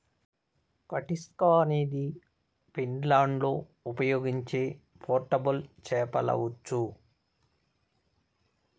కటిస్కా అనేది ఫిన్లాండ్లో ఉపయోగించే పోర్టబుల్ చేపల ఉచ్చు